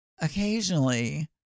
occasionally